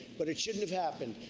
but it shouldn't have happened.